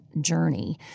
journey